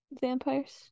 vampires